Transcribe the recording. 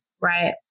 right